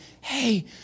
hey